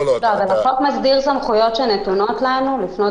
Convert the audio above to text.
החוק מגדיר סמכויות שנתונות לנו לפנות